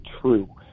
true